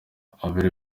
abari